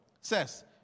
says